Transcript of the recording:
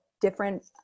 different